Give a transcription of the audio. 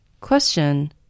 Question